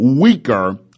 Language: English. weaker